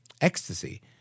ecstasy